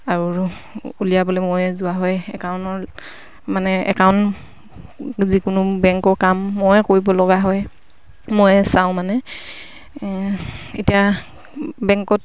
আৰু উলিয়াবলে ময়ে যোৱা হয় একাউনৰ মানে একাউণ্ট যিকোনো বেংকৰ কাম ময়ে কৰিব লগা হয় ময়ে চাওঁ মানে এতিয়া বেংকত